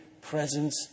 presence